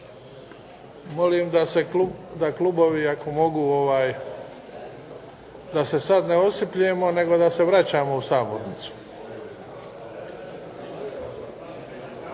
Molim da klubovi ako mogu, da se sada ne odsipljemo nego da se vraćamo u sabornicu.